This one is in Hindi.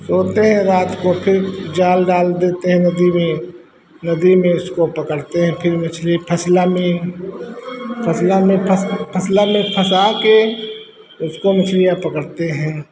सोते हैं रात को फिर जाल डाल देते हैं नदी में नदी में उसको पकड़ते हैं फिर मछली फसला में फसला में फँस फसला में फँसाकर उसको मछलियाँ पकड़ते हैं